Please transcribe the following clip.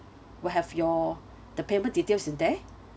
will have your the payment details in there